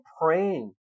praying